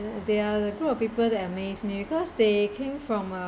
they are a group of people that amazed me because they came from uh